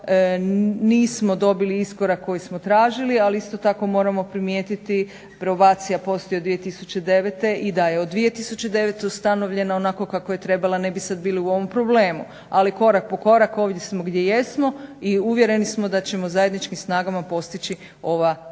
Nismo dobili iskorak koji smo tražili, ali isto tako moramo primijetiti probacija postoji od 2009. i da je od 2009. ustanovljena onako kako je trebala, ne bi sad bili u ovom problemu. Ali korak po korak, ovdje smo gdje jesmo i uvjereni smo da ćemo zajedničkim snagama postići ova 3R,